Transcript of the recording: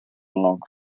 along